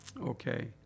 Okay